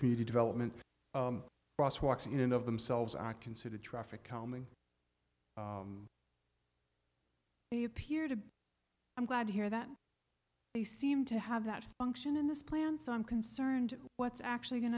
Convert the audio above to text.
community development walks in and of themselves are considered traffic calming the appear to be i'm glad to hear that they seem to have that function in this plan so i'm concerned what's actually going